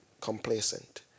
complacent